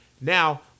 Now